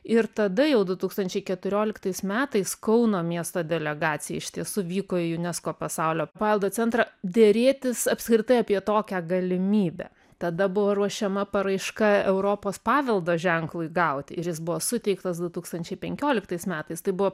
ir tada jau du tūkstančiai keturioliktais metais kauno miesto delegacija iš tiesų vyko į unesco pasaulio paveldo centrą derėtis apskritai apie tokią galimybę tada buvo ruošiama paraiška europos paveldo ženklui gauti ir jis buvo suteiktas du tūkstančiai penkioliktais metais tai buvo